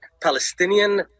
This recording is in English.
Palestinian